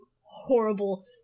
horrible